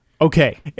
Okay